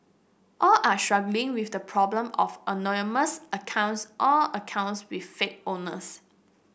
all are struggling with the problem of anonymous accounts or accounts with fake owners